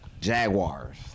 Jaguars